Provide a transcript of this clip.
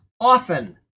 often